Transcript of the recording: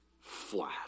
flat